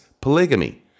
polygamy